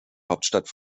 hauptstadt